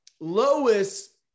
Lois